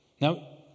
now